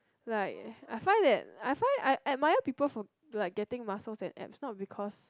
like I find that I find I admire people from like getting muscles and abs not because